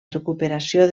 recuperació